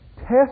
Test